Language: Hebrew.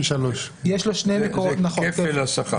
זה כפל השכר.